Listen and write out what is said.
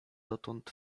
dotąd